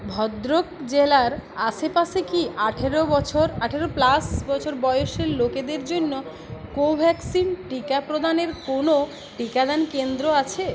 ভদ্রক জেলার আশেপাশে কি আঠেরো বছর আঠেরো প্লাস বছর বয়েসের লোকেদের জন্য কোভ্যাক্সিন টিকা প্রদানের কোনো টিকাদান কেন্দ্র আছে